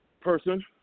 person